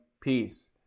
peace